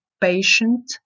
patient